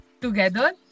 together